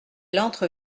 entre